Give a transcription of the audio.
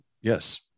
Yes